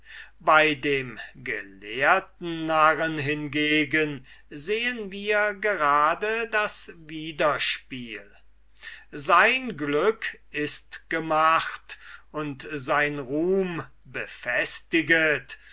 bei dem gelehrten narren hingegen sehen wir gerade das widerspiel sein glück ist gemacht und sein ruhm befestiget